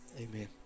Amen